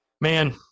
Man